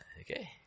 Okay